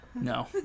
No